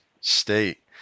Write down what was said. state